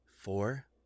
Four